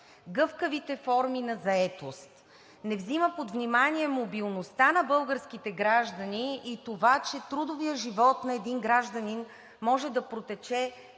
гъвкавите форми на заетост, не взима под внимание мобилността на българските граждани и това, че трудовият живот на един гражданин може да протече